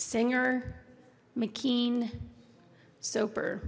singer mckean soper